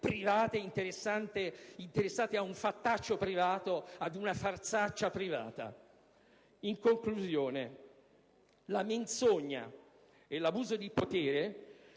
private, interessate a un fattaccio privato e ad una farsaccia privata. In conclusione, la menzogna e l'abuso di potere